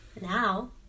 Now